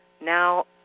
Now